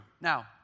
Now